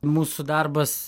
mūsų darbas